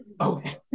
Okay